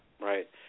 right